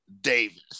Davis